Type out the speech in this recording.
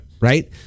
right